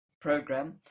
program